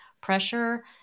pressure